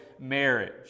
marriage